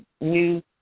new